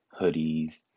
hoodies